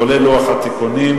כולל לוח התיקונים,